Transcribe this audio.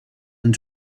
and